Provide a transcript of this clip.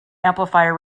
amplifier